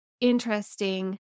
interesting